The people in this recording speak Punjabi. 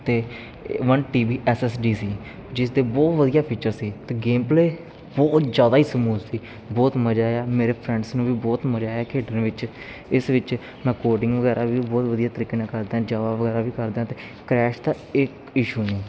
ਅਤੇ one T B S S D ਸੀ ਜਿਸਦੇ ਬਹੁਤ ਵਧੀਆ ਫੀਚਰ ਸੀ ਅਤੇ ਗੇਮਪਲੇ ਬਹੁਤ ਜ਼ਿਆਦਾ ਹੀ ਸਮੂਥ ਸੀ ਬਹੁਤ ਮਜ਼ਾ ਆਇਆ ਮੇਰੇ ਫਰੈਂਡਸ ਨੂੰ ਵੀ ਬਹੁਤ ਮਜ਼ਾ ਆਇਆ ਖੇਡਣ ਵਿੱਚ ਇਸ ਵਿੱਚ ਮੈਂ ਕੋਡਿੰਗ ਵਗੈਰਾ ਵੀ ਬਹੁਤ ਵਧੀਆ ਤਰੀਕੇ ਨਾਲ ਕਰਦਾ ਜਵਾ ਵਗੈਰਾ ਵੀ ਕਰਦਾ ਅਤੇ ਕ੍ਰੈਸ਼ ਦਾ ਇੱਕ ਇਸ਼ੂ ਨਹੀਂ